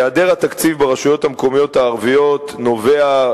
היעדר התקציב ברשויות המקומיות הערביות נובע,